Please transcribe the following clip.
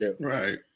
Right